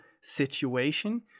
situation